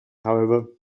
however